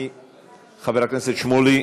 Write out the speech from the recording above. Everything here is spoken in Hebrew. חבר הכנסת שמולי,